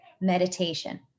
meditation